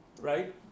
right